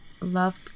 loved